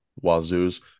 Wazoo's